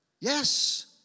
Yes